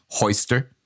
hoister